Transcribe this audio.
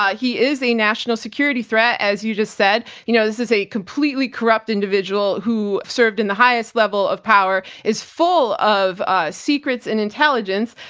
ah he is a national security threat as you just said. you know, this is a completely corrupt individual who served in the highest level of power, is full of ah secrets and intelligence,